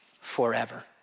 forever